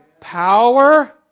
power